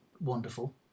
wonderful